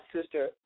sister